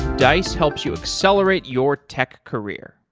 dice helps you accelerate your tech career.